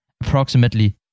approximately